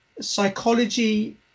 psychology